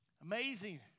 Amazing